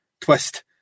twist